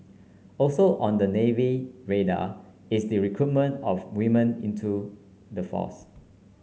also on the Navy radar is the recruitment of women into the force